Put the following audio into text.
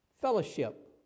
fellowship